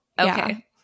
Okay